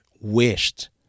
wished